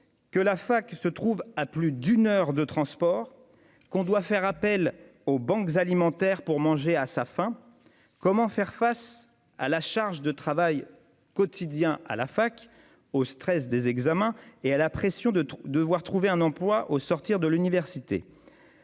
quand la fac se trouve à plus d'une heure de transport, quand on doit faire appel aux banques alimentaires pour manger à sa faim ? Dans ces conditions, comment faire face à la charge de travail quotidienne à la fac, au stress des examens et à la pression de devoir trouver un emploi au sortir de l'université ?